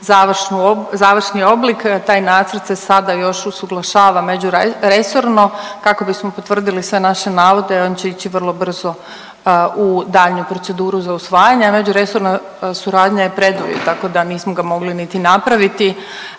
završni oblik, taj nacrt se sada još usuglašava međuresorno kako bismo potvrdili sve naše navode, on će ići vrlo brzo u daljnju proceduru za usvajanje, a međuresorna suradnja je preduvjet, tako da nismo ga mogli niti napraviti,